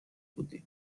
بودیم